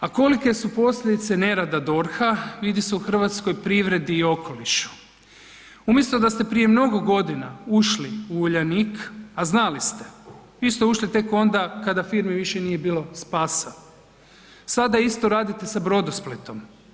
A kolike su posljedice nerada DORH-a vidi se u hrvatskoj privredi i okolišu, umjesto da ste prije mnogo godina ušli u Uljanik, a znali ste, vi ste ušli tek onda kada firmi više nije bilo spasa, sada isto radite sa Brodosplitom.